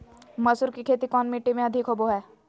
मसूर की खेती कौन मिट्टी में अधीक होबो हाय?